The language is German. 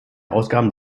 ausgaben